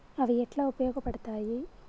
అవి ఎట్లా ఉపయోగ పడతాయి?